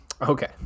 Okay